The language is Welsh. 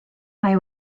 mae